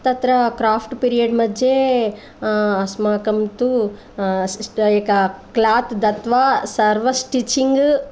तत्र craft period मध्ये अस्माकं तु सिस्ट्र् एका क्लात् दत्वा सर्वं स्टिचिन्ङ्